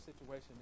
situation